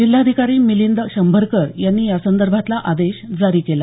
जिल्हाधिकारी मिलिंद शंभरकर यांनी यासंदर्भातला आदेश जारी केला